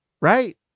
right